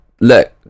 Look